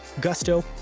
Gusto